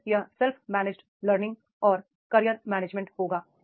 फिर यह sales manager learning और कैरियर मैनेजमेंट होगा